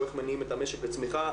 או איך מניעים את המשק לצמיחה,